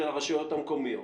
של הרשויות המקומיות.